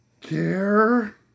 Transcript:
care